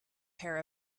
pair